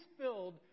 filled